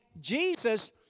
Jesus